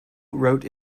wrote